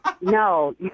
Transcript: No